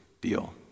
deal